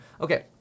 Okay